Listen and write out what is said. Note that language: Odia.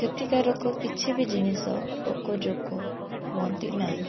କ୍ଷତିକାରକ କିଛି ବି ଜିନିଷ ପୋକଜୋକ ହୁଅନ୍ତି ନାହିଁ